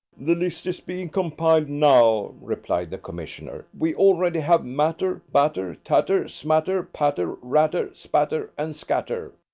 the list is being compiled now, replied the commissioner. we already have, matter, batter, tatter, smatter patter, ratter, spatter and scatter.